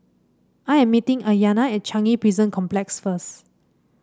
I am meeting Ayanna at Changi Prison Complex first